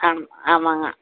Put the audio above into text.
ஆமாங்க